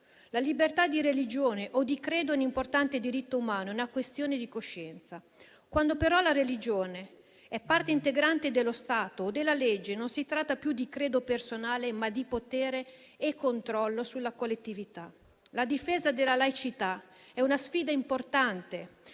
la libertà di religione o di credo è un importante diritto umano, è una questione di coscienza; quando però la religione è parte integrante dello Stato o della legge non si tratta più di credo personale, ma di potere e controllo sulla collettività. La difesa della laicità è una sfida importante